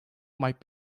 might